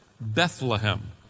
Bethlehem